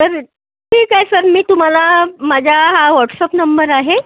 तर ठीक आहे सर मी तुम्हाला माझा हा व्हॉटसअप नंबर आहे